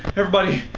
everybody.